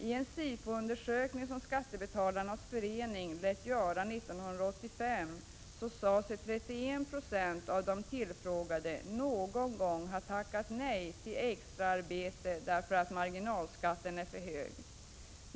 I en SIFO-undersökning som Skattebetalarnas förening lät göra 1985 sade sig 31 96 av de tillfrågade någon gång ha tackat nej till extraarbete därför att marginalskatten är för hög.